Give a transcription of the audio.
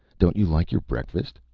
don't you like your breakfast?